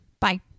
Bye